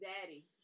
Daddy